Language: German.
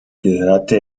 gehörte